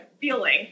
feeling